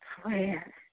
prayer